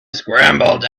scrambled